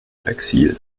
exil